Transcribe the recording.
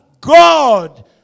God